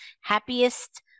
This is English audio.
happiest